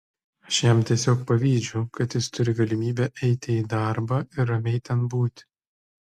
aš jam tiesiog pavydžiu kad jis turi galimybę eiti į darbą ir ramiai ten būti